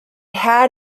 had